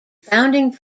founding